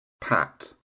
pat